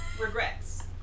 regrets